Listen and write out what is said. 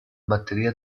batteria